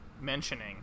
mentioning